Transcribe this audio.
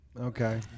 Okay